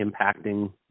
impacting